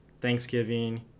thanksgiving